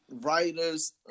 writers